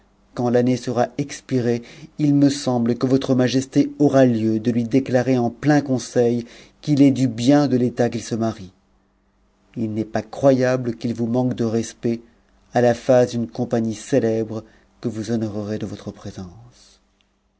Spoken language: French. quand l'année sera expirée il me semble que votre majesté aura lieu de lui déclarer en plein conseil ia'i est du bien de l'état qu'il se marie il n'est pas croyable qu'il vous manque de respect à la face d'une compagnie célèbre que vous honorerez eotre présence